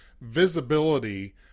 visibility